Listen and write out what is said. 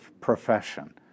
profession